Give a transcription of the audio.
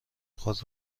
خود